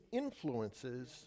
influences